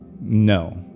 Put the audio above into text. No